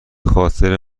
خاطر